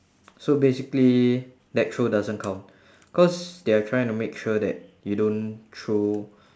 so basically that throw doesn't count cause they're trying to make sure that you don't throw